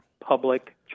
public